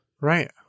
Right